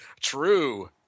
True